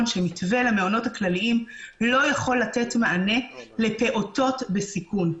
שמתווה למעונות הכללים לא יכול לתת מענה לפעוטות בסיכון.